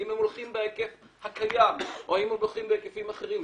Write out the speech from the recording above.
האם הם הולכים בהיקף הקיים או האם הם הולכים בהיקפים אחרים?